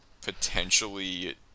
potentially